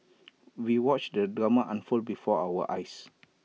we watched the drama unfold before our eyes